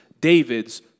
David's